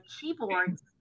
keyboards